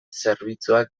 zerbitzuak